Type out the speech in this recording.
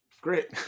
Great